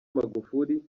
magufuli